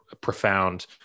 profound